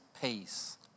peace